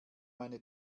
meine